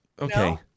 okay